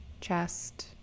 chest